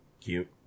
cute